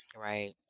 Right